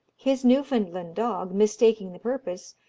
his newfoundland dog, mistaking the purpose,